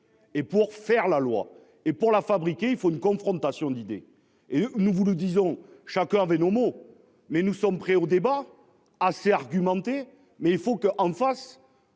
et pour faire la loi et pour la fabriquer. Il faut une confrontation d'idées et nous vous le disons chacun avait nos mots mais nous sommes prêts au débat assez argumenté mais il faut que, en face.